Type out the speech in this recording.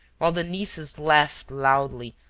while the nieces laughed loudly,